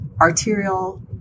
arterial